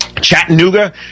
Chattanooga